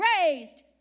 raised